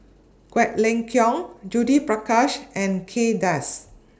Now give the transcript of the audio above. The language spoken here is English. Quek Ling Kiong Judith Prakash and Kay Das